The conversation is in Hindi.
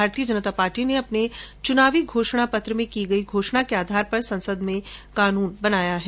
भारतीय जनता पार्टी ने अपने चुनावी घोषणा पत्र में की गई घोषणा के आधार पर संसद में कानून पेश किया है